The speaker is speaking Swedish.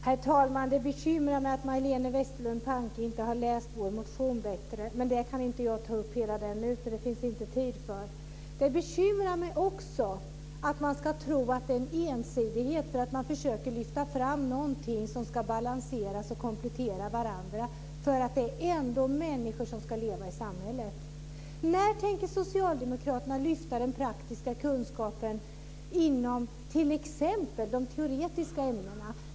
Herr talman! Det bekymrar mig att Majléne Westerlund Panke inte har läst vår motion bättre. Men jag kan inte redogöra för den nu. Det finns inte tid för det. Det bekymrar mig också att någon tror att det är en ensidighet på grund av att man försöker lyfta fram någonting som ska balansera och komplettera varandra. Det är ändå människor som ska leva i samhället. När tänker socialdemokraterna lyfta fram den praktiska kunskapen inom t.ex. de teoretiska ämnena?